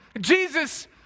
Jesus